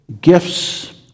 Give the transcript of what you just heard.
gifts